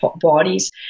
bodies